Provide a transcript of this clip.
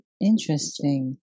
Interesting